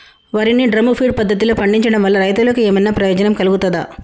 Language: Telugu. వరి ని డ్రమ్ము ఫీడ్ పద్ధతిలో పండించడం వల్ల రైతులకు ఏమన్నా ప్రయోజనం కలుగుతదా?